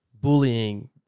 bullying